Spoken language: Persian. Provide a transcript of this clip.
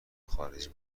خارجی